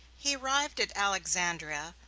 he arrived at alexandria,